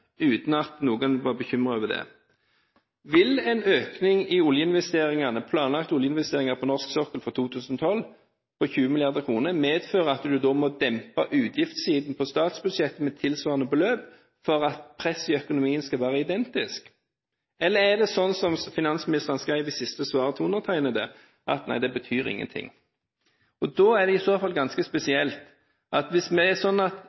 uten at noen ble bekymret for det. Vil en økning i planlagte oljeinvesteringer på norsk sokkel i 2012 på 20 mrd. kr medføre at en da må dempe utgiftssiden på statsbudsjettet med tilsvarende beløp for at presset i økonomien skal være identisk? Eller er det sånn, som finansministeren skrev i siste svar til undertegnede, at det betyr ingen ting? Da er det i så fall ganske spesielt at hvis